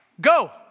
Go